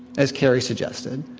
as carrie suggested,